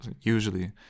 usually